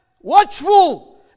watchful